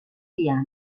piano